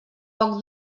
poc